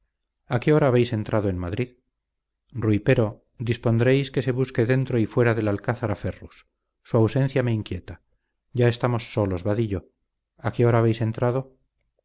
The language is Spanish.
a qué hora habéis entrado en madrid rui pero dispondréis que se busque dentro y fuera del alcázar a ferrus su ausencia me inquieta ya estamos solos vadillo a qué hora habéis entrado